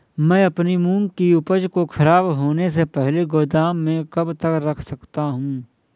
मैं अपनी मूंग की उपज को ख़राब होने से पहले गोदाम में कब तक रख सकता हूँ?